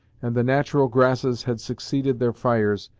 and the natural grasses had succeeded their fires,